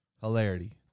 hilarity